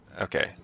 okay